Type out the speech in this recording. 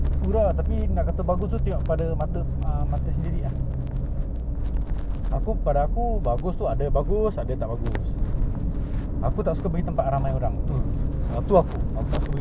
but you kena susah tu dah kau tak suka pergi kedai ramai orang sangat kau nak nego susah because it is unethical for you to nego in front of other customers ah nanti ada customer pun nak orang itu dah tak swing